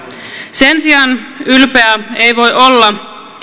sen sijaan ylpeä ei voi olla